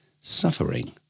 suffering